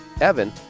Evan